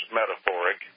metaphoric